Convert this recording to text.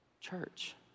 Church